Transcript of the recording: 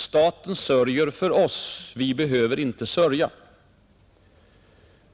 Staten sörjer för oss, Vi behöver inte sörja.